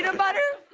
and butter.